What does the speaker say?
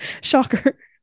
Shocker